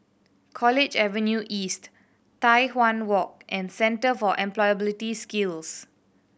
College Avenue East Tai Hwan Walk and Centre for Employability Skills